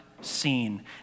seen